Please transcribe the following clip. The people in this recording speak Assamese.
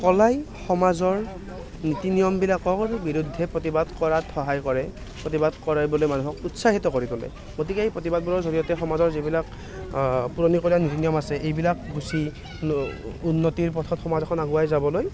কলাই সমাজৰ নীতি নিয়মবিলাকৰ বিৰুদ্ধে প্ৰতিবাদ কৰাত সহায় কৰে প্ৰতিবাদ কৰে বুলি মানুহক উৎসাহিত কৰিবলৈ গতিকে সেই প্ৰতিবাদবোৰৰ জৰিয়তে সমাজৰ যিবিলাক পুৰণিকলীয়া নীতি নিয়ম আছে এইবিলাক গুচি উন্নতিৰ পথত সমাজ এখন আগুৱাই যাবলৈ